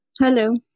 Hello